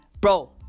Bro